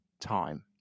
time